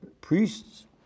priests